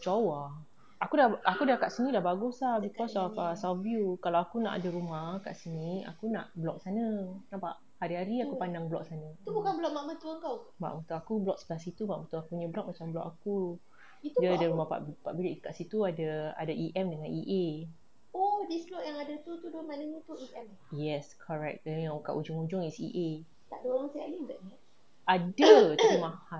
jauh ah aku dah aku dah kat sini dah bagus [tau] cause of a southview kalau aku nak ada rumah dekat sini aku nak block sana nampak hari-hari aku pandang block sana block mak mertua aku block sebelah situ mak mertua aku nya block macam block aku dia ada rumah empat bilik dekat situ ada ada E_M dengan E_A yes correct then yang kat hujung-hujung is E_A ada tapi mahal